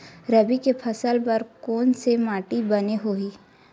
रबी के फसल बर कोन से माटी बने होही?